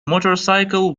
motorcycle